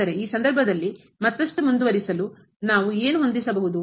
ಆದರೆ ಈ ಸಂದರ್ಭದಲ್ಲಿ ಮತ್ತಷ್ಟು ಮುಂದುವರಿಸಲು ನಾವು ಏನು ಹೊಂದಿಸಬಹುದು